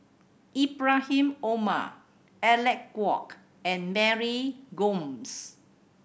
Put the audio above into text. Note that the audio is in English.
Ibrahim Omar Alec Kuok and Mary Gomes